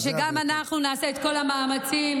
ושאנחנו נעשה את כל המאמצים,